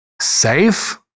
safe